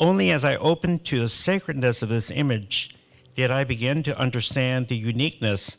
only as i open to the sacredness of this image yet i begin to understand the uniqueness